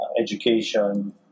education